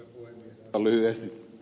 ihan lyhyesti ed